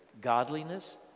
godliness